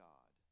God